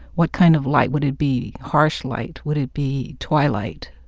what kind of light? would it be harsh light? would it be twilight?